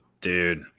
Dude